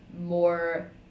more